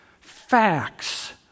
facts